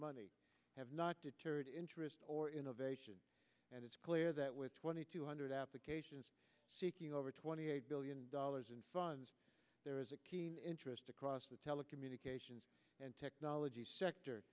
money have not deterred interest or innovation and it's clear that with twenty two hundred applications seeking over twenty eight billion dollars in funds there is a keen interest across the telecommunications and technology sector